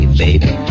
baby